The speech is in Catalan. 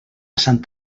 sant